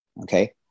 Okay